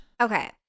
Okay